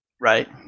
Right